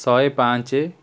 ଶହେ ପାଞ୍ଚେ